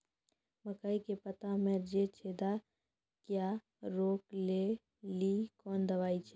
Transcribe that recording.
मकई के पता मे जे छेदा क्या रोक ले ली कौन दवाई दी?